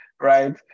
right